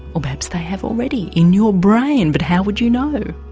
or perhaps they have already in your brain. but how would you know?